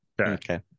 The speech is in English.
okay